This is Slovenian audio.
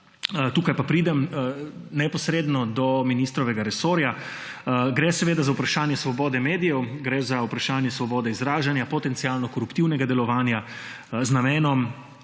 tukaj pa pridem neposredno do ministrovega resorja. Gre seveda za vprašanje svobode medijev, gre za vprašanje svobode izražanja, potencialno koruptivnega delovanja z namenom